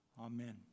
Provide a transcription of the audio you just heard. Amen